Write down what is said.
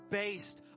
based